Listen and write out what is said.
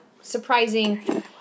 surprising